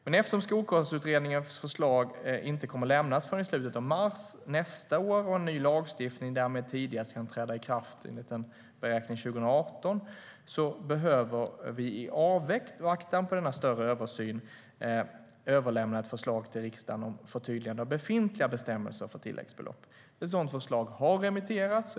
Men eftersom Skolkostnadsutredningens förslag inte kommer att lämnas förrän i slutet av mars nästa år och en ny lagstiftning därmed tidigast kan träda i kraft, enligt beräkning, 2018 behöver vi i avvaktan på denna större översyn överlämna ett förslag till riksdagen om förtydligande av befintliga bestämmelser för tilläggsbelopp. Ett sådant förslag har remitterats.